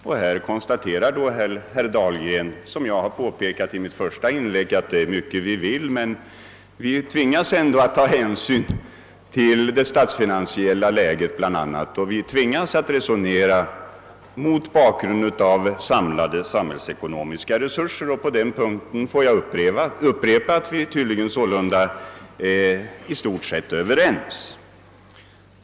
Herr Dahlgren konstaterar — som jag påpekade i mitt första inlägg — att det är mycket vi vill men vi tvingas ta hän syn bl.a. till det statsfinansiella läget och vi tvingas att ta ställning mot bakgrunden av samlade samhällsekonomiska resurser. På den punkten vill jag upprepa att vi tydligen är i stort sett överens.